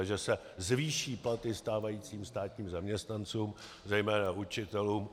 Ale že se zvýší platy stávajícím státním zaměstnancům, zejména učitelům.